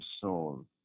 soul